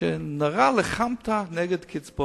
זה לא פולמוס בחירות, אלא נאומים קואליציוניים.